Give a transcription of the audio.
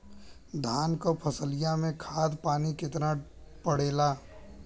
धान क फसलिया मे खाद पानी कितना पड़े ला?